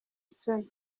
isoni